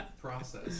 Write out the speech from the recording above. process